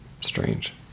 Strange